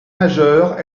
majeure